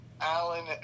Alan